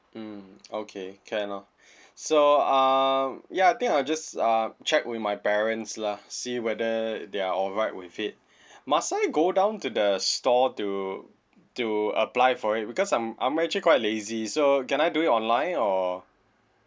mm okay can orh so err ya I think I'll just uh check with my parents lah see whether they're alright with it must I go down to the store to to apply for it because I'm I'm actually quite lazy so can I do it online or